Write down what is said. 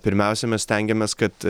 pirmiausia mes stengiamės kad